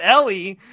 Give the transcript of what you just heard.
Ellie